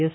S